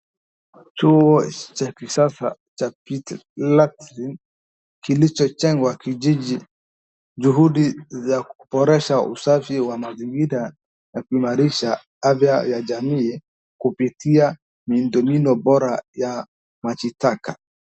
Choo cha kisasa cha pit latrine kilichojengwa kijiji, juhudi za kuboresha usafi wa mazingira na kuimarisha afya ya jamii kupitia miundombinu bora ya maji taka.